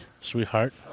sweetheart